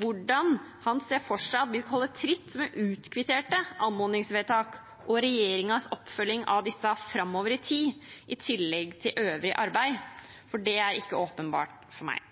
hvordan han ser for seg at vi skal holde tritt med utkvitterte anmodningsvedtak og regjeringens oppfølging av disse framover i tid, i tillegg til øvrig arbeid, for det er ikke åpenbart for meg.